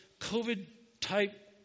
COVID-type